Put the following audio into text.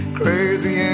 crazy